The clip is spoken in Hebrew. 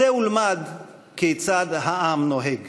צא ולמד כיצד העם נוהג.